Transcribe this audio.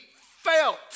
felt